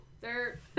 They're-